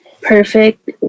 perfect